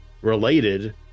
related